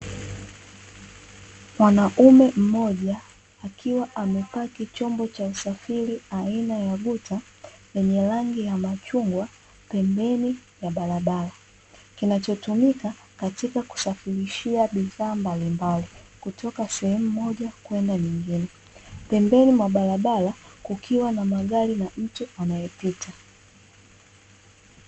Mwanaume mmoja akiwa amepaki chombo cha usafiri aina ya guta, yenye rangi ya machungwa pembeni ya barabara, kinachotumika katika kusafirishia bidhaa mbalimbali kutoka sehemu moja kwenda nyengine, pembeni mwa barabara kukiwa na magari na mtu anayepita.